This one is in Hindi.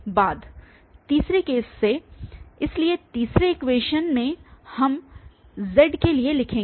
तीसरे में फिर से इसलिए तीसरे इक्वेशन में अब हम z के लिए लिखेंगे